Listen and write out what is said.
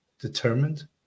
determined